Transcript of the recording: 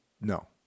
no